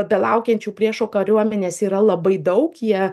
belaukiančių priešo kariuomenės yra labai daug jie